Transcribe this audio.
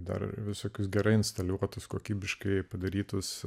dar visokius gerai instaliuotus kokybiškai padarytus